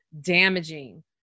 damaging